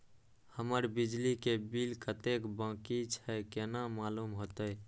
हमर बिजली के बिल कतेक बाकी छे केना मालूम होते?